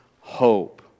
hope